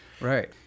Right